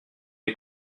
les